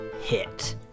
hit